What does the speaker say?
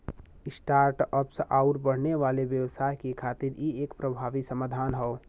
start ups आउर बढ़ने वाले व्यवसाय के खातिर इ एक प्रभावी समाधान हौ